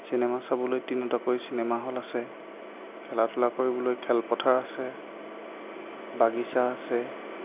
cinema চাবলৈ তিনিওটাকৈ cinema hall আছে খেলা ধূলা কৰিবলৈ খেলপথাৰ আছে বাগিচা আছে